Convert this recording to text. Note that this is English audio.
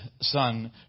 son